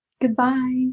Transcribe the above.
Goodbye